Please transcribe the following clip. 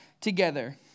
together